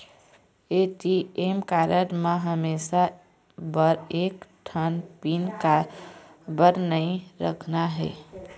ATM card म हमेशा बर एक ठन पिन काबर नई रखना हे?